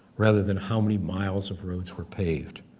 rather than how many miles of roads were paved.